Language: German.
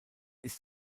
ist